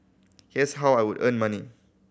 here's how I would earn money